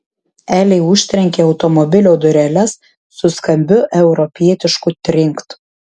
elė užtrenkė automobilio dureles su skambiu europietišku trinkt